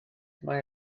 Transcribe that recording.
mae